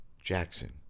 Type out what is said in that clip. Jackson